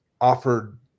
offered